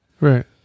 right